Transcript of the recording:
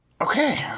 Okay